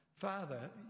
father